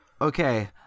Okay